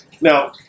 Now